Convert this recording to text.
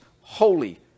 holy